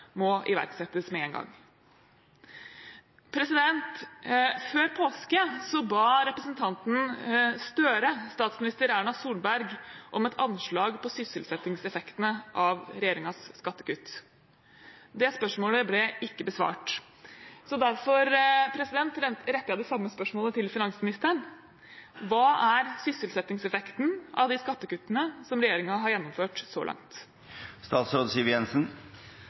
må iverksettes med en gang. Før påske ba representanten Gahr Støre statsminister Erna Solberg om et anslag på sysselsettingseffektene av regjeringens skattekutt. Det spørsmålet ble ikke besvart. Derfor retter jeg det samme spørsmålet til finansministeren: Hva er sysselsettingseffekten av de skattekuttene som regjeringen har gjennomført så